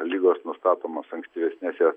ligos nustatomos ankstyvesnėse